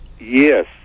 Yes